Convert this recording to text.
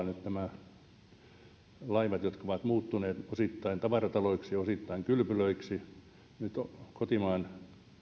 nyt nämä laivathan jotka ovat muuttuneet osittain tavarataloiksi ja osittain kylpylöiksi kilpailevat epäterveellä tavalla kotimaan